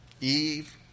eve